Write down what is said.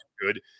good